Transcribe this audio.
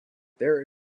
there